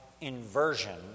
inversion